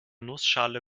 nussschale